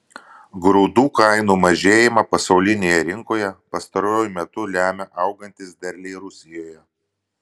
grūdų kainų mažėjimą pasaulinėje rinkoje pastaruoju metu lemia augantys derliai rusijoje